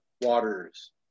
Waters